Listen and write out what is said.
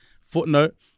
footnote